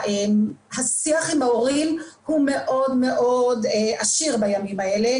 השיח עם ההורים הוא מאוד מאוד עשיר בימים האלה,